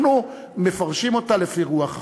אנחנו מפרשים אותו לפי רוח החוק.